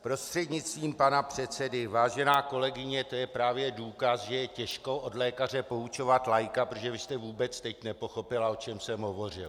Prostřednictvím pana předsedy: Vážená kolegyně, to je právě důkaz, že je těžko od lékaře poučovat laika, protože vy jste vůbec teď nepochopila, o čem jsem hovořil.